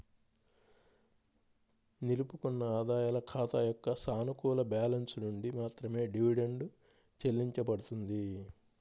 నిలుపుకున్న ఆదాయాల ఖాతా యొక్క సానుకూల బ్యాలెన్స్ నుండి మాత్రమే డివిడెండ్ చెల్లించబడుతుంది